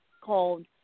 called